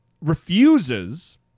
refuses